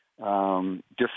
Different